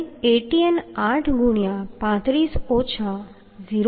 અને Atn 8 ગુણ્યાં 35 ઓછા 0